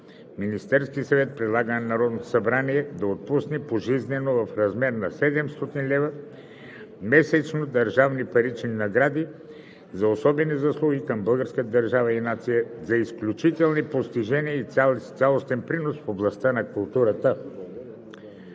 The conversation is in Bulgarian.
Министерският съвет предлага на Народното събрание да отпусне пожизнено в размер на 700 лв. месечно държавни парични награди за особени заслуги към българската държава и нацията, за изключителни постижения и цялостен принос в областта на културата